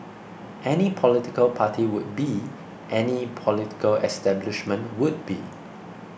any political party would be any political establishment would be